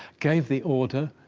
gave the order,